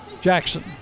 Jackson